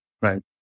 right